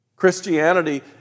Christianity